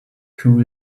cool